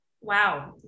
Wow